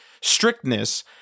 strictness